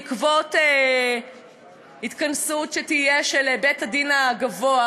בעקבות התכנסות שתהיה של בית-הדין הגבוה,